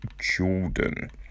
Jordan